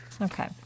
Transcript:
Okay